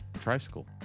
tricycle